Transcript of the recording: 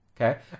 Okay